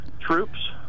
troops